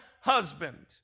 husband